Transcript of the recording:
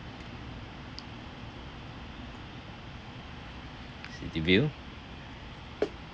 city view